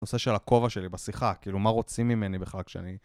נושא של הכובע שלי בשיחה, כאילו מה רוצים ממני בכלל כשאני...